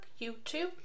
YouTube